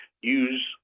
use